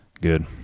Good